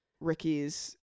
Ricky's